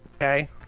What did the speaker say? okay